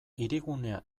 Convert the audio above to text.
hirigunea